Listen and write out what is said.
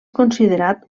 considerat